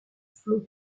flots